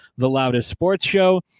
theloudestsportsshow